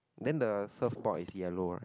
then the surfboard is yellow right